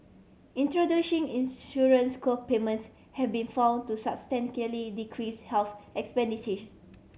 introducing insurance co payments have been found to substantially decrease health